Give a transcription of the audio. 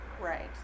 Right